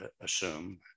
assume